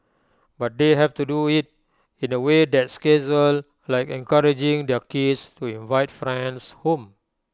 but they have to do IT in A way that's casual like encouraging their kids to invite friends home